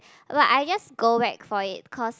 but I just go back for it because